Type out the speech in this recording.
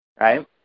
Right